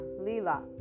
Lila